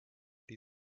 die